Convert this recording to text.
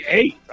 eight